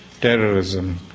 terrorism